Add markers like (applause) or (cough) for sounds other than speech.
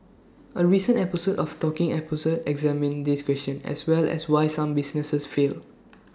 A recent episode of talking episode examined this question as well as why some businesses fail (noise)